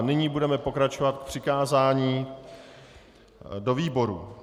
Nyní budeme pokračovat přikázáním do výborů.